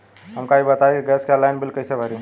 हमका ई बताई कि गैस के ऑनलाइन बिल कइसे भरी?